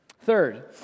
Third